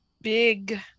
big